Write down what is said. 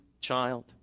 child